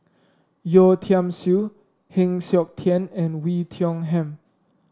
Yeo Tiam Siew Heng Siok Tian and Wei Tiong Ham